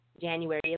January